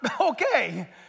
okay